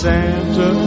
Santa